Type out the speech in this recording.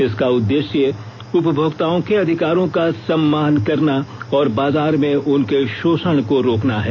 इसका उद्देश्य उपभोक्ताओं के अधिकारों का सम्मान करना और बाजार में उनके शोषण को रोकना है